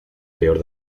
peor